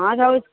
ହଁ ରହୁଛି